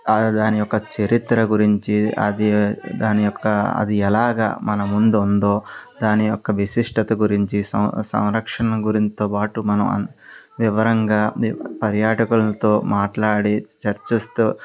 దాని యొక్క చరిత్ర గురించి అది దాని యొక్క అది ఎలాగ మన ముందు ఉందో దాని యొక్క విశిష్టత గురించి సం సంరక్షణ గురించితో పాటు మనం వివరంగా పర్యాటకులతో మాట్లాడి చర్చిస్తూ